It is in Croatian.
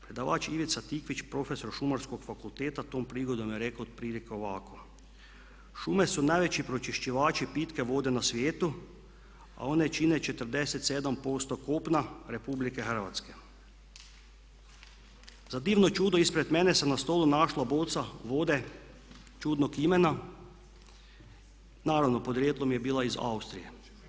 Predavač Ivica Tikvić, profesor Šumarskog fakulteta tom prigodom je rekao otprilike ovako: „Šume su najveći pročiščivaći pitke vode na svijetu a one čine 47% kopna RH.“ Za divno čudo, ispred mene se na stolu našla boca vode čudnog imena, naravno podrijetlom je bila iz Austrije.